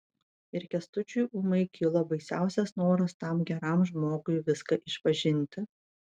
ir kęstučiui ūmai kilo baisiausias noras tam geram žmogui viską išpažinti